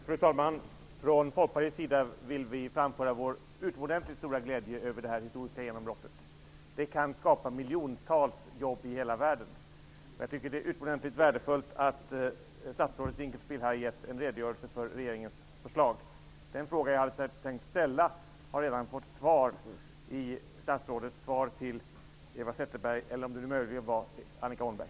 Fru talman! Från Folkpartiets sida vill vi framföra vår utomordentligt stora glädje över det här historiska genombrottet. Det kan skapa miljontals jobb i hela världen. Jag tycker det är utomordentligt värdefullt att statsrådet Dinkelspiel här gett en redogörelse för regeringens förslag. Den fråga jag hade tänkt ställa har redan besvarats i statsrådets svar till Eva Zetterberg, eller om det nu möjligen var Annika Åhnberg.